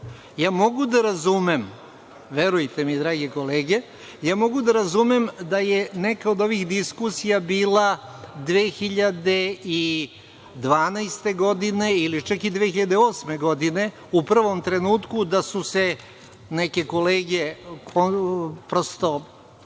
Mogu da razumem, verujte mi, drage kolege, mogu da razumem da je neka od ovih diskusija bila 2012. godine ili čak i 2008. godine, u prvom trenutku da su se neke kolege prosto